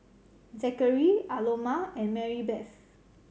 Zackary Aloma and Marybeth